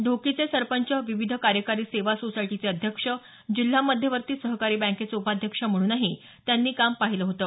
ढोकीचे सरपंच विविध कार्यकारी सेवा सोसायटीचे अध्यक्ष जिल्हा मध्यवर्ती सहकारी बँकेचेउपाध्यक्ष म्हणूनही त्यांनी काम पाहिलं होतं